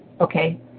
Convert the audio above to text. Okay